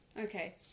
Okay